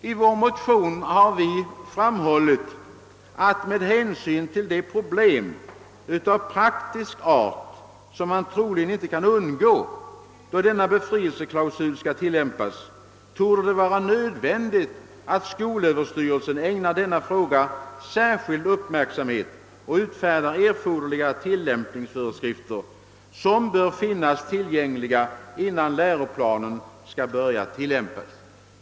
I vår motion har vi framhållit att med hänsyn till de problem av praktisk art som man troligen inte kan undgå, då denna befrielseklausul skall tillämpas, det torde vara nödvändigt att skolöverstyrelsen ägnar denna fråga särskild uppmärksamhet och utfärdar erforderliga tillämpningsföreskrifter som bör finnas tillgängliga innan läroplanen skall börja tillämpas.